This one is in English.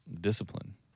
discipline